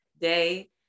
day